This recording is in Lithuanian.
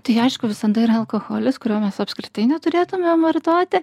tai aišku visada yra alkoholis kurio mes apskritai neturėtumėm vartoti